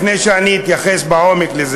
לפני שאני אתייחס לזה לעומק.